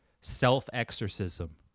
self-exorcism